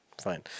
Fine